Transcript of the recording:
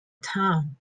town